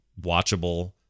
watchable